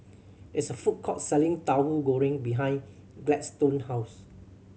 it's a food court selling Tahu Goreng behind Gladstone house